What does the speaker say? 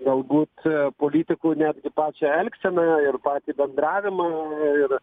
galbūt politikų net pačią elgseną ir patį bendravimą ir